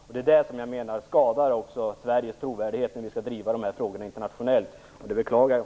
Jag menar att detta skadar Sveriges trovärdighet när vi skall driva dessa frågor internationellt, och det beklagar jag.